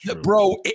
Bro